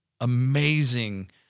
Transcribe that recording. amazing